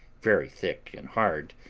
very thick and hard,